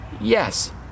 Yes